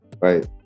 right